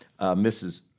Mrs